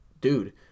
dude